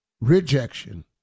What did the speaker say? Rejection